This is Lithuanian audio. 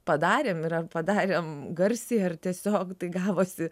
padarėm ir ar padarėm garsiai ar tiesiog tai gavosi